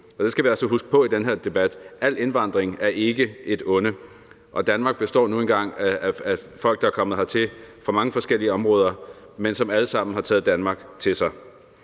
Det skal vi altså huske på i den her debat, altså at al indvandring ikke er et onde, og Danmark består nu engang af folk, der er kommet hertil fra mange forskellige områder, men de har alle sammen taget Danmark til sig.